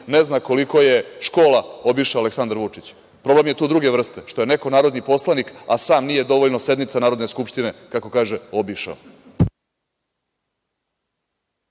ne zna koliko je škola obišao Aleksandar Vučić, problem je tu druge vrste, što je neko narodni poslanik a sam nije dovoljno sednica Narodne skupštine, kako kaže, obišao.